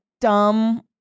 dumb